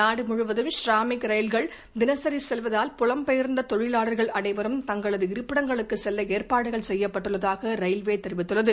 நாடு முழுவதும் ஷராமிக் ரயில்கள் தினசரி செல்வதால் புலம் பெயர்ந்த தொழிலாளர்கள் அனைவரும் தங்களது இருப்பிடங்களுக்கு செல்ல ஏற்பாடுகள் செய்யப்பட்டுள்ளதாக ரயில்வே தெரிவித்துள்ளது